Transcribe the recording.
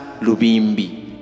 Lubimbi